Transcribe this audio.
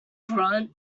grunt